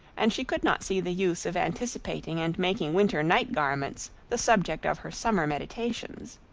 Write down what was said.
and she could not see the use of anticipating and making winter night garments the subject of her summer meditations.